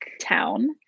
town